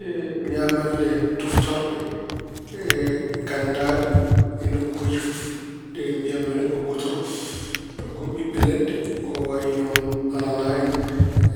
Ñaamalle tuftoorɗe ganndaaɗe e nokkuuji fof ɗe mbiyan mi yo neɗɗo huutoro ko ɓiɓɓe leɗɗe ko wayno anana en,